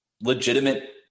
legitimate